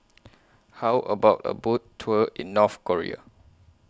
How about A Boat Tour in North Korea